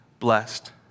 blessed